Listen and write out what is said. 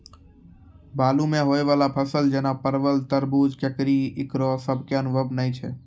बालू मे होय वाला फसल जैना परबल, तरबूज, ककड़ी ईकरो सब के अनुभव नेय छै?